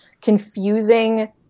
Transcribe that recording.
confusing